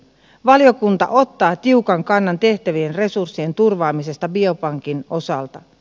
valiokunta ottaa tiukan kannan tehtävien resurssien turvaamisesta biopankin osalta